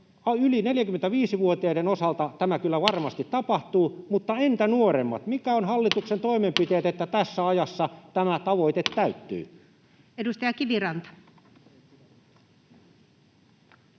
yli 45-vuotiaiden osalta tämä kyllä varmasti tapahtuu, mutta entä nuoremmat? Mitkä ovat hallituksen toimenpiteet, että tässä ajassa tämä tavoite täyttyy? Edustaja Kiviranta.